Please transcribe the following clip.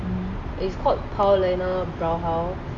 it's called paulaner brauhaus